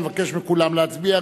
אני מבקש מכולם להצביע.